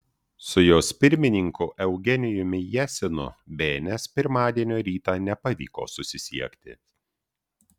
su jos pirmininku eugenijumi jesinu bns pirmadienio rytą nepavyko susisiekti